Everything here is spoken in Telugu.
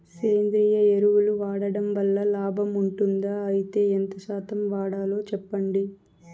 సేంద్రియ ఎరువులు వాడడం వల్ల లాభం ఉంటుందా? అయితే ఎంత శాతం వాడాలో చెప్పండి?